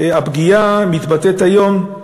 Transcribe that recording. הפגיעה מתבטאת היום,